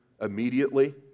immediately